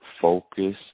focus